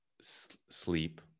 sleep